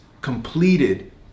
completed